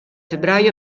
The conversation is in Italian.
febbraio